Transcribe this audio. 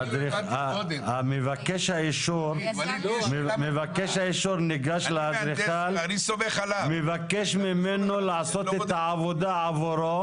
מבקש האישור ניגש לאדריכל ומבקש ממנו לעשות את העבודה עבורו,